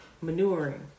manuring